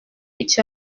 icyo